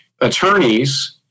attorneys